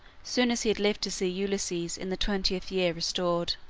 soon as he had lived to see ulysses in the twentieth year restored.